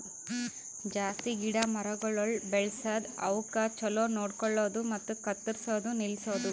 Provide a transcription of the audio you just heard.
ಜಾಸ್ತಿ ಗಿಡ ಮರಗೊಳ್ ಬೆಳಸದ್, ಅವುಕ್ ಛಲೋ ನೋಡ್ಕೊಳದು ಮತ್ತ ಕತ್ತುರ್ಸದ್ ನಿಲ್ಸದು